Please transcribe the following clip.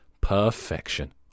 Perfection